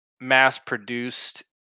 mass-produced